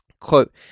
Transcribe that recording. Quote